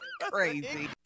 Crazy